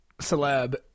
celeb